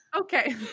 Okay